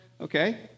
okay